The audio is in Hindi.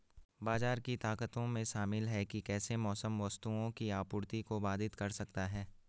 बाजार की ताकतों में शामिल हैं कि कैसे मौसम वस्तुओं की आपूर्ति को बाधित कर सकता है